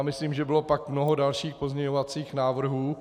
Myslím, že pak bylo mnoho dalších pozměňovacích návrhů.